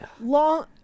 long